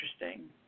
interesting